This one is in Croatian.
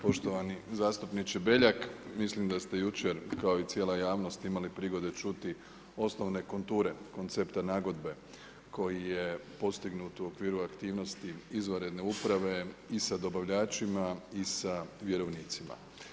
Poštovani zastupniče Beljak, mislim da ste jučer kao i cijela javnost imali prigode čuti osnovne konture koncepta nagodbe koji je postignut u okviru aktivnosti izvanredne uprave i sa dobavljačima i sa vjerovnicima.